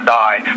die